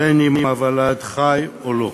בין שהוולד חי ובין שלא.